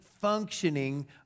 functioning